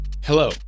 Hello